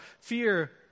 fear